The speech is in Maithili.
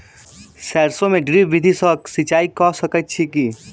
सैरसो मे ड्रिप विधि सँ सिंचाई कऽ सकैत छी की?